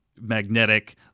magnetic